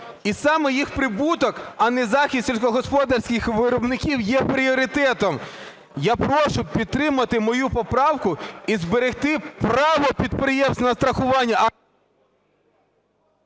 І саме їх прибуток, а не захист сільськогосподарських виробників є пріоритетом. Я прошу підтримати мою поправку і зберегти право підприємств на страхування.